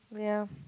ya